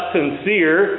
sincere